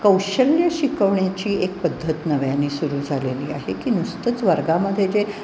कौशल्य शिकवण्याची एक पद्धत नव्याने सुरू झालेली आहे की नुसतंच वर्गामध्ये जे